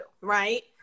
right